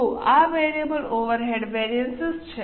તો આ variable overhead variance છે